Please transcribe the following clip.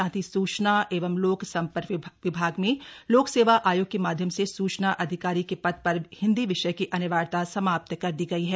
साथ ही सूचना एवं लोक सम्पर्क विभाग में लोक सेवा आयोग के माध्यम से सूचना अधिकारी के पद पर हिन्दी विषय की अनिवार्यता समाप्त कर दी गई है